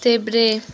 देब्रे